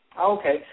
Okay